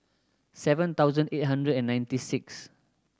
seven thousand eight hundred and ninety six